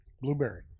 blueberry